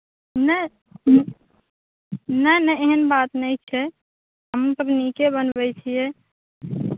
नहि नहि नहि एहन बात नहि छै हमहूँसभ नीके बनबैत छियै